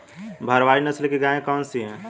भारवाही नस्ल की गायें कौन सी हैं?